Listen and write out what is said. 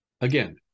Again